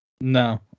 No